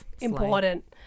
Important